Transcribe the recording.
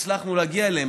שהצלחנו להגיע אליהן,